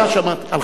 על חרדיות?